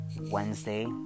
Wednesday